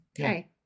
Okay